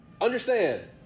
understand